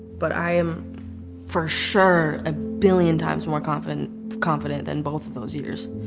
but i am for sure a billion times more confident confident than both of those years.